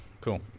cool